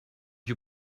you